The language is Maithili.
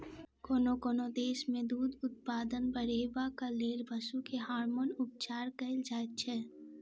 कोनो कोनो देश मे दूध उत्पादन बढ़ेबाक लेल पशु के हार्मोन उपचार कएल जाइत छै